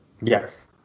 Yes